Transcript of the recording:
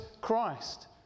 Christ